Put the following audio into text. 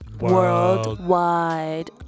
Worldwide